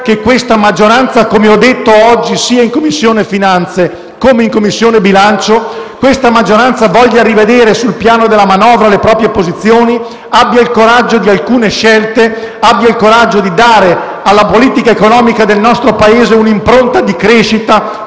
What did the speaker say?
Grazie a tutti